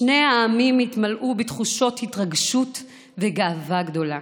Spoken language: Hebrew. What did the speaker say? שני העמים התמלאו בתחושות התרגשות וגאווה גדולה